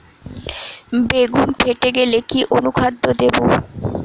বেগুন ফেটে গেলে কি অনুখাদ্য দেবো?